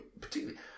particularly